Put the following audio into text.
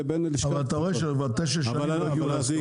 אתה רואה שכבר תשע שנים הם לא מגיעים להסכמות.